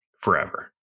forever